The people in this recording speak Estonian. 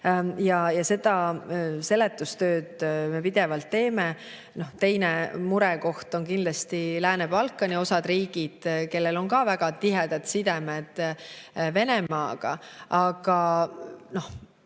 Ja seda seletustööd me pidevalt teeme. Teine murekoht on kindlasti mõned Lääne-Balkani riigid, kellel on ka väga tihedad sidemed Venemaaga. Aga meie